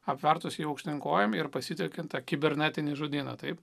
apvertus jį aukštyn kojom ir pasitelkiant tą kibernetinį žodyną taip